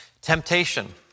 temptation